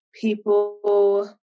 people